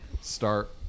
start